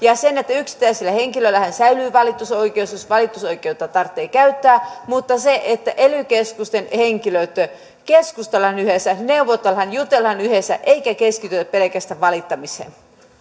yksittäisillä henkilöillähän säilyy valitusoikeus jos valitusoikeutta tarvitsee käyttää mutta ely keskusten henkilöiden kanssa keskustellaan yhdessä neuvotellaan ja jutellaan yhdessä eikä keskitytä pelkästään valittamiseen